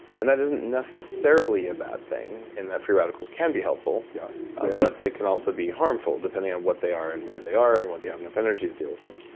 and that isn't necessarily a big thing in that free radicals can be helpful yeah but, they can also be harmful depending on what they are and where they are and whether you have enough energy to deal with them.